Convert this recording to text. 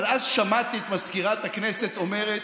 אבל אז שמעתי את מזכירת הכנסת אומרת: